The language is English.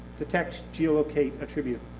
detect, geo-locate, attribute.